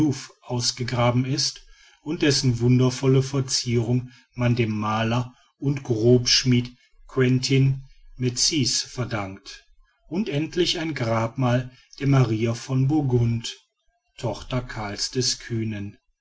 ausgegraben ist und dessen wundervolle verzierung man dem maler und grobschmied quentin metsys verdankt und endlich ein grabmal der maria von burgund tochter karl's des kühnen